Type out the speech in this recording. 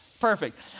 Perfect